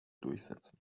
durchsetzen